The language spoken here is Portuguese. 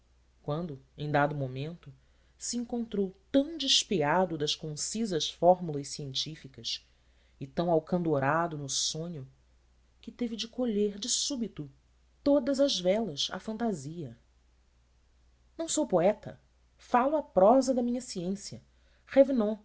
quando em dado momento se encontrou tão despeado das concisas fórmulas científicas e tão alcandorado no sonho que teve de colher de súbito todas as velas à fantasia não sou poeta falo a prosa da minha ciência